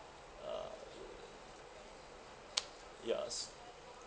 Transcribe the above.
uh yes